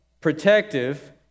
protective